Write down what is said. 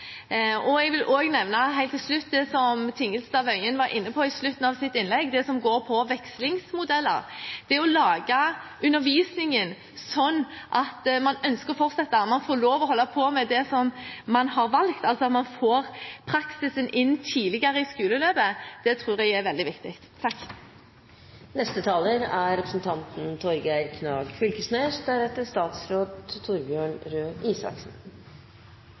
Jeg vil også helt til slutt nevne det som Tingelstad Wøien var inne på i slutten av sitt innlegg, det som handler om vekslingsmodeller. Det å lage undervisningen sånn at man ønsker å fortsette – at man får lov til å holde på med det man har valgt, at man får praksisen inn tidligere i skoleløpet – tror jeg er veldig viktig.